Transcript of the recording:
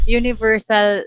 universal